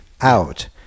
Out